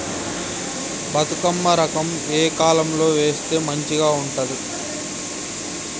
బతుకమ్మ రకం ఏ కాలం లో వేస్తే మంచిగా ఉంటది?